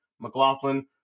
McLaughlin